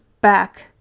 back